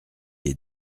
est